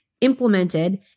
implemented